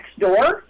Nextdoor